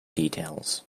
details